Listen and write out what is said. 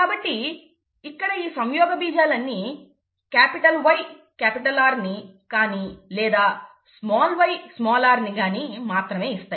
కాబట్టి ఇక్కడ ఈ సంయోగబీజాలు అన్ని YR ని కానీ లేదా yr ని కానీ మాత్రమే ఇస్తాయి